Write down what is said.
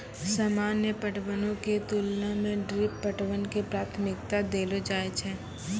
सामान्य पटवनो के तुलना मे ड्रिप पटवन के प्राथमिकता देलो जाय छै